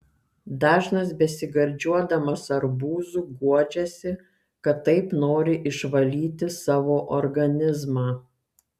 dažnas besigardžiuodamas arbūzu guodžiasi kad taip nori išvalyti savo organizmą